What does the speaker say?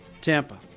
Tampa